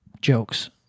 jokes